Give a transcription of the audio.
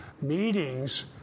meetings